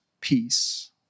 peace